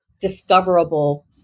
discoverable